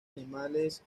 animales